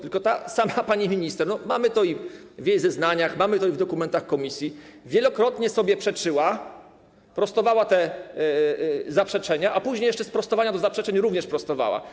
Tylko ta sama pani minister - mamy to i w jej zeznaniach, mamy to i w dokumentach komisji - wielokrotnie sobie przeczyła, prostowała te zaprzeczenia, a później jeszcze sprostowania do zaprzeczeń również prostowała.